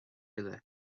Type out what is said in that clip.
uile